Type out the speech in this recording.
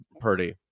Purdy